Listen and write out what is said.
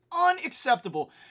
unacceptable